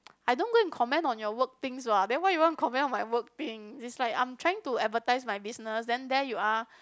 I don't go and comment on your work things what then why you want to comment on my work thing is like I'm trying to advertise my business then there you are